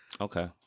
Okay